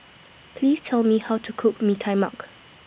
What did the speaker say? Please Tell Me How to Cook Mee Tai Mak